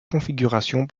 configuration